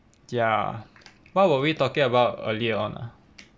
ya what were we talking about earlier on